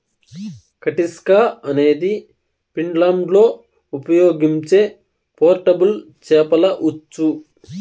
కటిస్కా అనేది ఫిన్లాండ్లో ఉపయోగించే పోర్టబుల్ చేపల ఉచ్చు